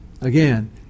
Again